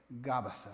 Gabbatha